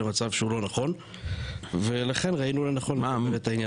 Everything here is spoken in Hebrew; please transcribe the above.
למצב שהוא לא נכון ולכן ראינו לנכון לתקן את העניין.